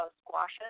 squashes